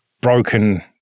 broken